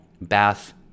bath